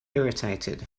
irritated